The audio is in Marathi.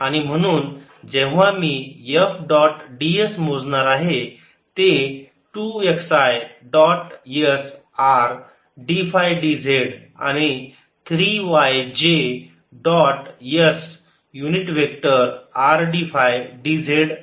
आणि म्हणून जेव्हा मी F डॉट ds मोजणार आहे ते 2 x i dot s R d phi dz अधिक 3 y j dot s unit vector R d phi dz असे असणार आहे